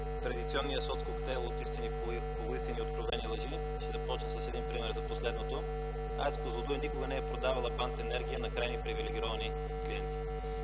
традиционния соцкоктейл от истини, полуистини и откровени лъжи. Ще започна с един пример за последното. АЕЦ „Козлодуй” никога не е продавала band енергия на крайни привилегировани клиенти.